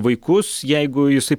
vaikus jeigu jisai